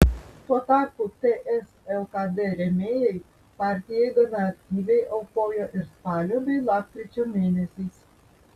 tuo tarpu ts lkd rėmėjai partijai gana aktyviai aukojo ir spalio bei lapkričio mėnesiais